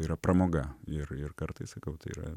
yra pramoga ir ir kartais sakau tai yra